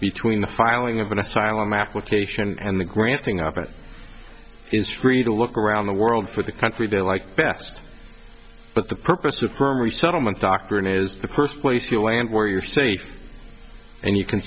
between the filing of an asylum application and the granting of it is free to look around the world for the country they like best but the purpose of permanent settlement doctrine is the first place you land where you're safe and you can